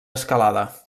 escalada